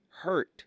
hurt